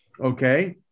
Okay